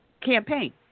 campaign